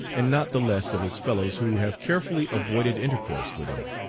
and not the less of his fellows, who have carefully avoided intercourse with him.